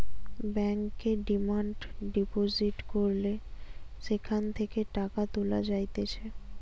ব্যাংকে demand deposit করলে সেখান থেকে টাকা তুলা যাইতেছে